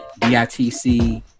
BITC